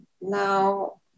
Now